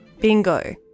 Bingo